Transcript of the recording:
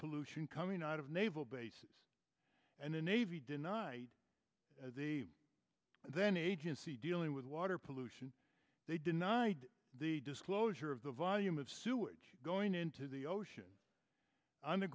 pollution coming out of naval bases and the navy deny then agency dealing with water pollution they denied the disclosure of the volume of sewage going into the ocean on the